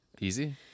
easy